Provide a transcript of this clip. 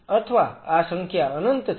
અથવા આ સંખ્યા અનંત છે